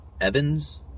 Evans